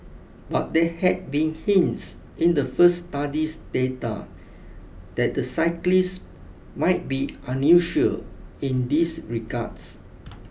but there had been hints in the first study's data that the cyclists might be unusual in these regards